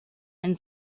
and